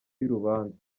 y’urubanza